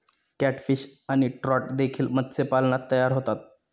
catfish आणि trout देखील मत्स्यपालनात तयार होतात